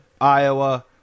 Iowa